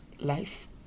life